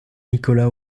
nicolas